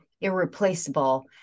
irreplaceable